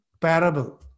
parable